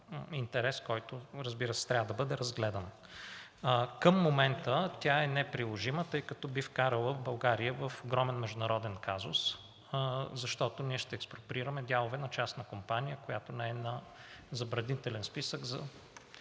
интерес, който, разбира се, трябва да бъде разгледан. Към момента тя е неприложима, тъй като би вкарала България в огромен международен казус, защото ние ще експроприираме дялове на частна компания, която не е на забранителен списък.